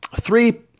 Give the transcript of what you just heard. Three